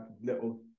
little